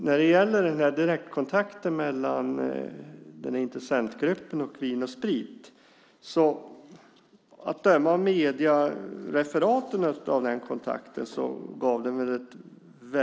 Herr talman! Direktkontakten mellan intressentgruppen och Vin & Sprit gav ett väldigt nedslående resultat av mediereferaten att döma.